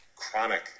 chronic